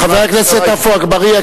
חבר הכנסת עפו אגבאריה,